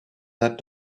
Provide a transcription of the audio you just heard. that